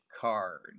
card